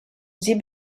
sie